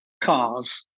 cars